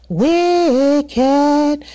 wicked